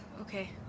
okay